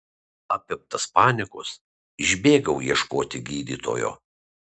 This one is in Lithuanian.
apimtas panikos išbėgau ieškoti gydytojo